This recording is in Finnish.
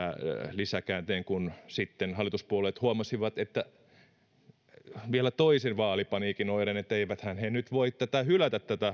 lisäkäänteen kun hallituspuolueet huomasivat vielä toisen vaalipaniikin oireen että eiväthän he nyt voi hylätä tätä